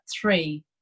three